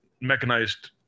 mechanized